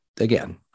again